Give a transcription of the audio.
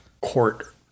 court